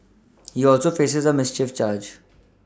he also faces a mischief charge